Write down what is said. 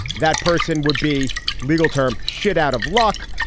that person would be legal term shit out of luck.